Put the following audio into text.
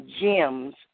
Gems